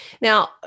Now